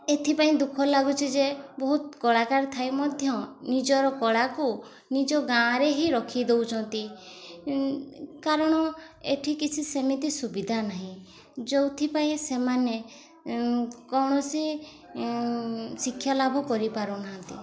ଏଥିପାଇଁ ଦୁଃଖ ଲାଗୁଛି ଯେ ବହୁତ କଳାକାର ଥାଇ ମଧ୍ୟ ନିଜର କଳାକୁ ନିଜ ଗାଁରେ ହିଁ ରଖିଦଉଛନ୍ତି କାରଣ ଏଠି କିଛି ସେମିତି ସୁବିଧା ନାହିଁ ଯେଉଁଥିପାଇଁ ସେମାନେ କୌଣସି ଶିକ୍ଷା ଲାଭ କରିପାରୁନାହାନ୍ତି